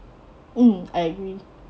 mm I agree